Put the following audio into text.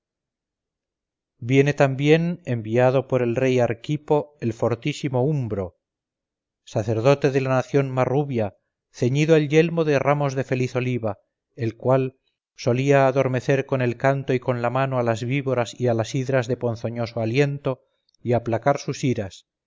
viene también enviado por el rey archipo el fortísimo umbro sacerdote de la nación marruvia ceñido el yelmo de ramos de feliz oliva el cual solía adormecer con el canto y con la mano a las víboras y a las hidras de ponzoñoso aliento y aplacar sus iras